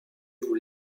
vous